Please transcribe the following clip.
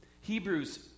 Hebrews